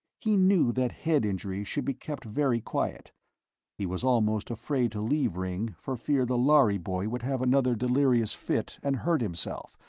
he knew that head injuries should be kept very quiet he was almost afraid to leave ringg for fear the lhari boy would have another delirious fit and hurt himself,